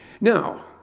Now